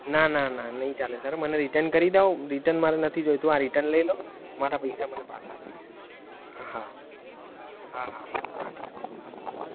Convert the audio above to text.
ના ના ના નહીં ચાલે સર મને રિટન કરી દો રિટન મારે નથી જોઈતો આ રિટન લઈ લો મારા પૈસા મને પાછા આપી દો હા હા હા હા ઠીક છે સર